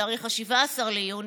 ב-17 ביוני,